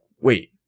Wait